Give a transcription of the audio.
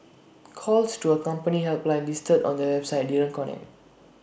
calls to A company helpline listed on their website didn't connect